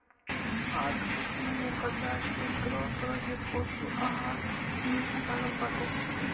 आज के समय में बाजारी में तरह तरह के पशु आहार मिले लागल बाटे